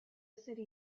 city